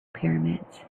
pyramids